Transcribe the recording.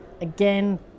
again